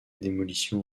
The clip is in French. démolition